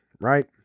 Right